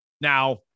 Now